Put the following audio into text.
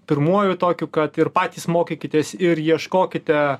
pirmuoju tokiu kad ir patys mokykitės ir ieškokite